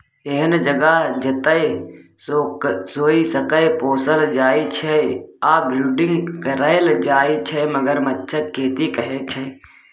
एहन जगह जतय सोंइसकेँ पोसल जाइ छै आ ब्रीडिंग कराएल जाइ छै मगरमच्छक खेती कहय छै